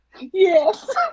Yes